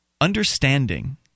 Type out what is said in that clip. understanding